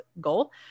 goal